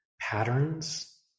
patterns